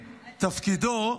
תפקידו,